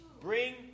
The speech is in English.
Bring